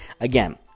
Again